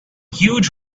huge